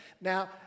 Now